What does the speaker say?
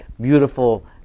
beautiful